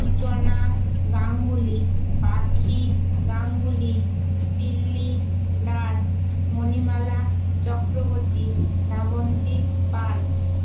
সূচনা গাঙ্গুলী পাখি গাঙ্গুলী ইল্লি দাস মণিমালা চক্রবর্তী শ্রাবন্তী পান